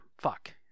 Fuck